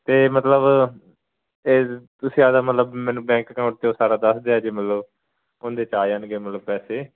ਅਤੇ ਮਤਲਬ ਅਤੇ ਤੁਸੀਂ ਆਪਦਾ ਮਤਲਬ ਮੈਨੂੰ ਬੈਂਕ ਅਕਾਊਂਟ 'ਤੇ ਉਹ ਸਾਰਾ ਦੱਸ ਦਿਆ ਜੇ ਮਤਲਬ ਉਹਦੇ 'ਚ ਆ ਜਾਣਗੇ ਮਤਲਬ ਪੈਸੇ